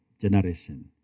generation